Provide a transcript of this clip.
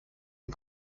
den